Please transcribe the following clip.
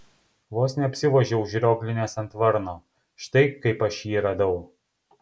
vos neapsivožiau užrioglinęs ant varno štai kaip aš jį radau